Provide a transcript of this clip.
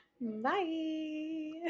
Bye